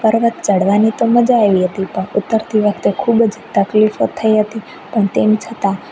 પર્વત ચઢવાની તો મજા આવી હતી પરંતુ ઉતરતી વખતે ખૂબ જ તકલીફો થઈ હતી પણ તેમ છતાં